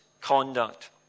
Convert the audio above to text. conduct